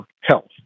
health